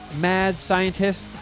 madscientist